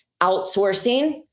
outsourcing